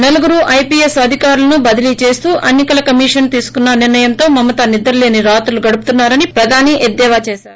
నలుగురు ఐపీఎస్ అధికారులను బదిలీ చేస్తూ ఎన్సికల కమిషన్ తీసుకున్న నిర్ణయంతో మమత నిద్రలేని రాత్రులు గడుపుతున్నా రని ప్రధాని ఎద్దేవా చేశారు